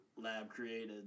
lab-created